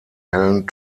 hellen